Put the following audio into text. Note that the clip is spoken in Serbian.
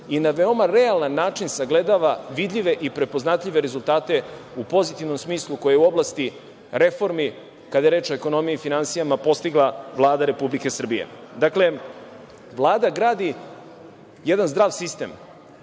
i na veoma realan način sagledava vidljive i prepoznatljive rezultate u pozitivnom smislu koje je u oblasti reformi, kada je reč o ekonomiji i finansijama postigla Vlada Republike Srbije. Dakle, Vlada gradi jedan zdrav sistem